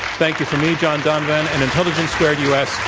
thank you from me, john donvan, and intelligence squared u. s.